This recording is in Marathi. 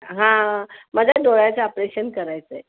हा माझ्या डोळ्याचं ऑपरेशन करायचं आहे